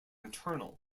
internal